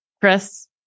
Chris